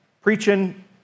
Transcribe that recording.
preaching